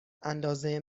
اندازه